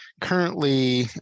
currently